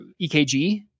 EKG